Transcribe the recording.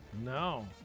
No